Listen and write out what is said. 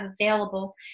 available